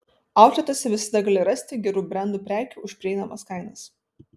autletuose visada gali rasti gerų brendų prekių už prieinamas kainas